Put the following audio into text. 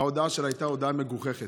ההודעה שלה הייתה הודעה מגוחכת.